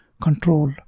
control